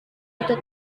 itu